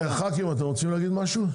ח"כים, אתם רוצים להגיד משהו?